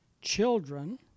children